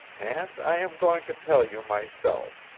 and i am going to tell you myself.